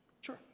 Sure